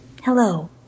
Hello